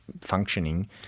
functioning